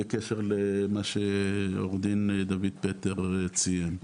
בקשר למה שעורך דין דויד פטר ציין.